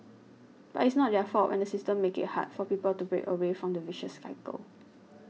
but it's not their fault when the system makes it hard for people to break away from the vicious cycle